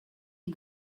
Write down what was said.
you